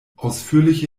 ausführliche